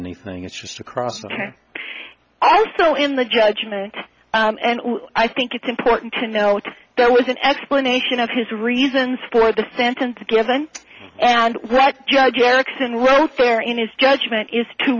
anything it's just across the also in the judgement and i think it's important to note that there was an explanation of his reasons for the sentence given and what judge erickson welfare in his judgment is to